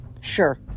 Sure